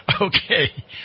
Okay